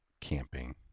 camping